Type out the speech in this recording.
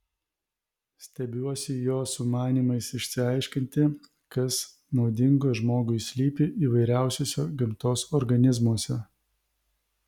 stebiuosi jo sumanymais išsiaiškinti kas naudingo žmogui slypi įvairiausiuose gamtos organizmuose